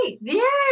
Yes